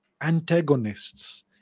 antagonists